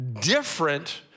different